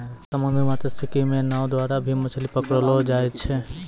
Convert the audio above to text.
समुन्द्री मत्स्यिकी मे नाँव द्वारा भी मछली पकड़लो जाय छै